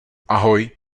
ahoj